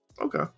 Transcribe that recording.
Okay